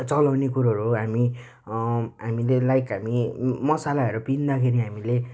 चलाउने कुरोहरू हामी हामीले लाइक हामी मसलाहरू पिस्दाखेरि हामीले